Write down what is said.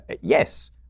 Yes